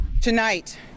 Tonight